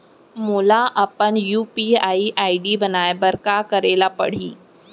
मोला अपन UPI ID बनाए बर का करे पड़ही?